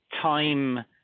time